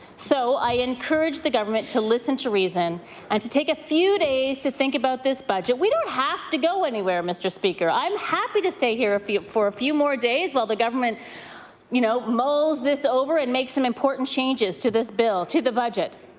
so i encourage the government to listen to reason and to take a few days to think about this budget. we don't have to go anywhere, mr. speaker. i'm happy to stay here for a few more days while the government you know, mulls this over and makes some important changes to this bill, to the budget.